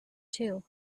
too